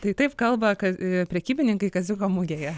tai taip kalba prekybininkai kaziuko mugėje